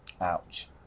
Ouch